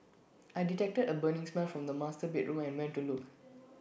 I detected A burning smell from the master bedroom and went to look